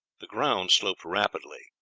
the ground sloped rapidly.